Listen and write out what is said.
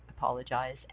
apologize